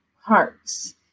hearts